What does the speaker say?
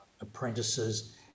apprentices